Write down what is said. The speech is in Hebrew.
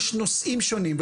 יש נושאים שונים.